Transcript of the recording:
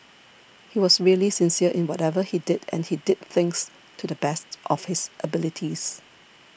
he was really sincere in whatever he did and he did things to the best of his abilities